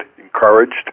encouraged